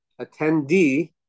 attendee